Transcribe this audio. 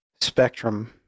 spectrum